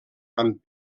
amb